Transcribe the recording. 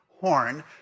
horn